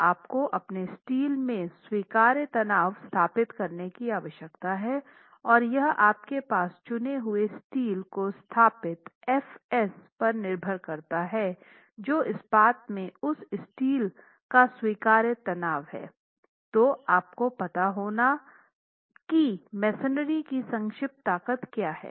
तो आपको अपने स्टील में स्वीकार्य तनाव स्थापित करने की आवश्यकता है और यह आपके पास चुने हुए स्टील के स्थापित Fs पर निर्भर करता है जो इस्पात में उस स्टील का स्वीकार्य तनाव है तो आपको पता होना कीमेसनरी की संक्षिप्त ताकत क्या है